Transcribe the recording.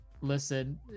Listen